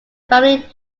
family